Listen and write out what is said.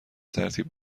ترتیب